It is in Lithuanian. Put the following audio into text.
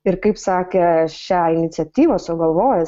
ir kaip sakė šią iniciatyvą sugalvojęs ir